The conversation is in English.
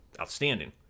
outstanding